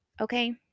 okay